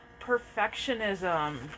perfectionism